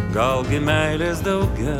gal gi meilės daugiau